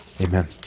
Amen